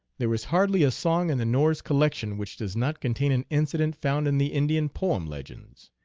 there is hardly a song in the norse collection which does not contain an incident found in the indian poem-legends,